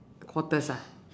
quarters ah